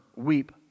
weep